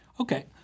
Okay